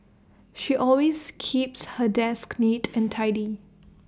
she always keeps her desk neat and tidy